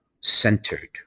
centered